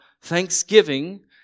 thanksgiving